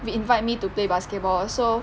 we invite me to play basketball so